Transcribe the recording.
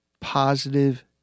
positive